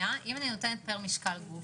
נותנת פר משקל גוף,